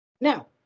Now